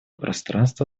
пространства